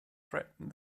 threatened